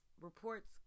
Reports